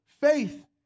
faith